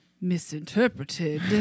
misinterpreted